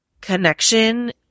connection